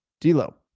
D-Lo